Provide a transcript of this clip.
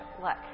Look